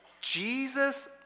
Jesus